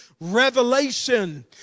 revelation